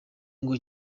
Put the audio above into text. ngo